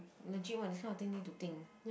legit one this kind of thing need to think